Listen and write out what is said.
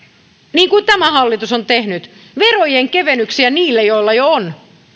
niin kuin tämä hallitus on tehnyt verojen kevennyksiä niille joilla jo on